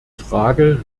frage